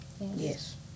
yes